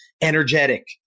energetic